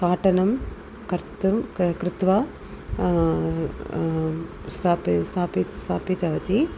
पाटनं कर्तुं कृ कृत्वा स्तापय् स्तापित् स्थापितवती